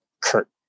Kurt